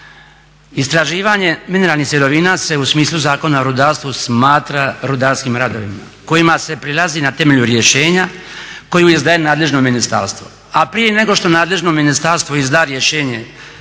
Istraživanje mineralnih sirovina se u smislu Zakona o rudarstvu smatra rudarskim radovima kojima se prilazi na temelju rješenja koje izdaje nadležno ministarstvo.